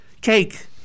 cake